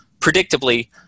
Predictably